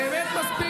באמת?